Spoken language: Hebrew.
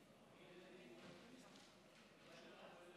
כי אחרת אין לי עוד דוברים להצעה